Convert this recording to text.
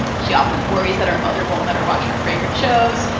she often worries that her mother won't let her watch her favorite shows.